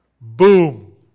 Boom